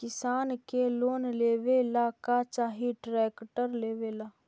किसान के लोन लेबे ला का चाही ट्रैक्टर लेबे ला?